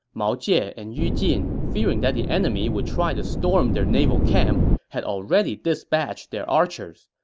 mao jie and yu jin, fearing that the enemy would try to storm their naval camp, had already dispatched their archers.